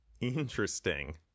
Interesting